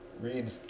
read